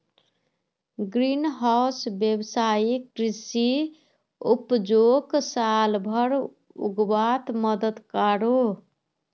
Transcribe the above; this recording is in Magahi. ग्रीन हाउस वैवसायिक कृषि उपजोक साल भर उग्वात मदद करोह